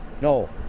No